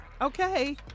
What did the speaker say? Okay